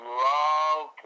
love